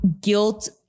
guilt